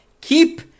Keep